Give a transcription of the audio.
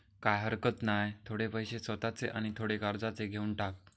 काय हरकत नाय, थोडे पैशे स्वतःचे आणि थोडे कर्जाचे घेवन टाक